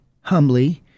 humbly